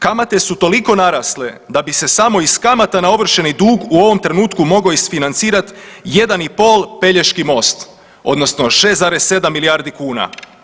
Kamate su toliko narasle da bi se samo iz kamata na ovršeni dug u ovom trenutku mogao isfinancirati jedan i pol Pelješki most, odnosno 6,7 milijardi kuna.